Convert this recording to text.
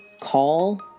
call